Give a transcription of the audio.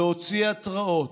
להוציא התראות,